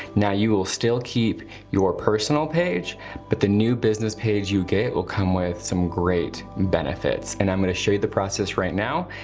now you will still keep your personal page but the new business page you get, will come with some great benefits. and i'm gonna show you the process right now.